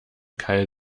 keil